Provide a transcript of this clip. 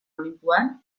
olinpoan